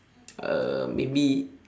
uh maybe